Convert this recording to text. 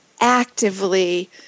actively